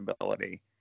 ability